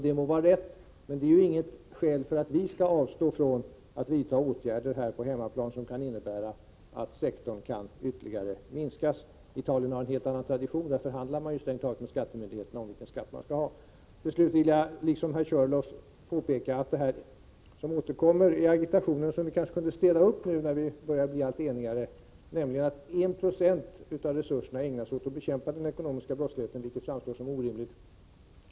Det må vara rätt, men det är inget skäl för att vi skall avstå från att vidta åtgärder här på hemmaplan som kan innebära att sektorn ytterligare kan minskas. Italien har en helt annan tradition. Där förhandlar man strängt taget med skattemyndigheterna om vilka skatter man skall ha. Till slut vill jag påpeka en sak som också herr Körlof tog upp — och där kanske vi kunde städa upp litet nu när vi börjar bli allt enigare. Det återkommer nämligen i agitationen att 196 av resurserna ägnas åt att bekämpa den ekonomiska brottsligheten, vilket alltså framstår som orimligt.